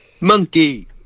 Monkey